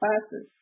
classes